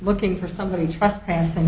looking for somebody trespassing